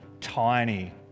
tiny